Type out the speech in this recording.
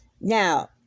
Now